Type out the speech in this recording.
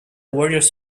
warriors